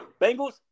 Bengals